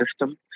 system